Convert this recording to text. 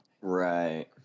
right